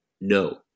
No